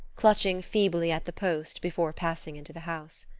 clutching feebly at the post before passing into the house.